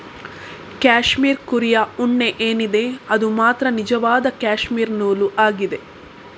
cashmere ಕುರಿಯ ಉಣ್ಣೆ ಏನಿದೆ ಅದು ಮಾತ್ರ ನಿಜವಾದ ಕ್ಯಾಶ್ಮೀರ್ ನೂಲು ಆಗಿದೆ